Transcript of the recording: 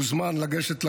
מוזמן לגשת לגוגל,